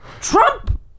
Trump